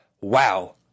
wow